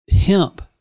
Hemp